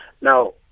Now